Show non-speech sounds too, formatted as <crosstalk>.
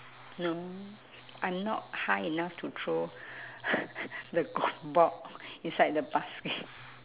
no I'm not high enough to throw <noise> the goal ball inside the basket